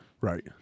Right